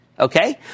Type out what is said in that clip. Okay